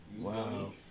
Wow